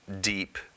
deep